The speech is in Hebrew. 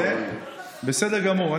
בסדר גמור.